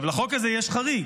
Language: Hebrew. לחוק הזה יש חריג,